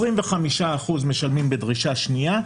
25% משלמים בדרישה שנייה.